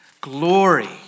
glory